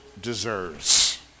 deserves